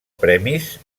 premis